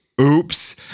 Oops